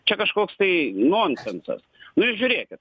čia kažkoks tai nonsensas nu ir žiūrėkit